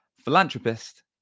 philanthropist